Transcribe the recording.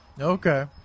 Okay